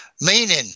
meaning